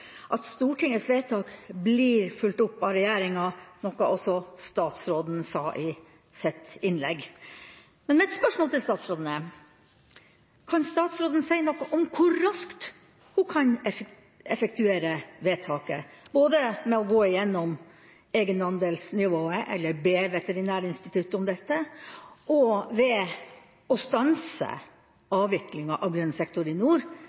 at Stortingets vedtak blir fulgt opp av regjeringa, noe også statsråden sa i sitt innlegg. Mitt spørsmål til statsråden er: Kan statsråden si noe om hvor raskt hun kan effektuere vedtaket, både gå igjennom egenandelsnivået, eller be Veterinærinstituttet om det, stanse avviklinga av grønn sektor i nord,